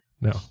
No